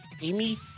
Amy